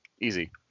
easy